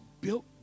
built